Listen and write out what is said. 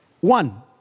one